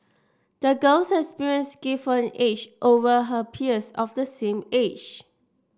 the girl's experience gave her an edge over her peers of the same age